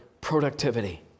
productivity